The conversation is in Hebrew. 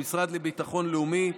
המשרד לביטחון לאומי,